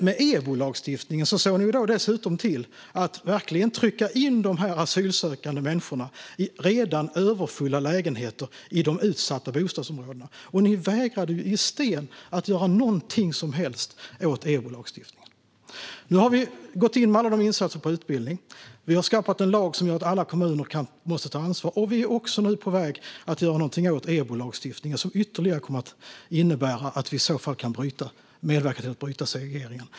Med EBO-lagstiftningen såg ni dessutom till att trycka in de asylsökande människorna i redan överfulla lägenheter i utsatta bostadsområden, och ni vägrade stenhårt att göra något som helst åt denna lagstiftning. Nu har vi gått in med en mängd utbildningsinsatser och skapat en lag som gör att alla kommuner måste ta ansvar. Vi är också på väg att göra något åt EBO-lagstiftningen, vilket ytterligare kommer att medverka till att bryta segregeringen.